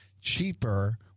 cheaper